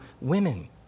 women